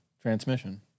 transmission